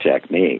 technique